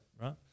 Right